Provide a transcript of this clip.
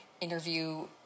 interview